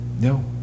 No